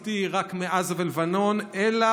דו-חזיתי רק מעזה ולבנון, אלא